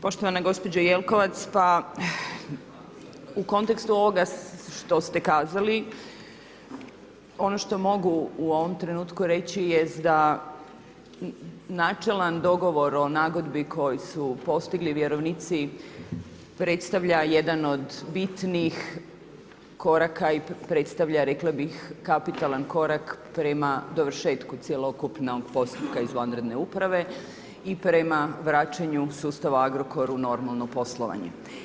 Poštovana gospođo Jelkovac, pa u kontekstu ovoga što ste kazali ono što mogu u ovom trenutku reći jest da načelan dogovor o nagodbi koji si su postigli vjerovnici predstavlja jedan od bitnih koraka i predstavlja rekla bih kapitalan korak prema dovršetku cjelokupnog postupka izvanredne uprave i prema vraćanju sustava Agrokoru normalno poslovanje.